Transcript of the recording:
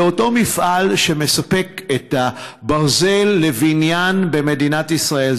זה אותו מפעל שמספק את הברזל לבניין במדינת ישראל,